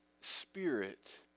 spirit